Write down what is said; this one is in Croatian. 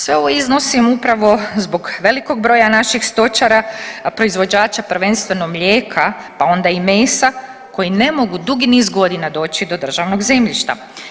Sve ovo iznosim upravo zbog velikog broja naših stočara, a proizvođača prvenstveno mlijeka, pa onda i mesa koji ne mogu dugi niz godina doći do državnog zemljišta.